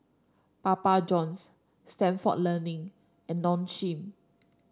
Papa Johns Stalford Learning and Nong Shim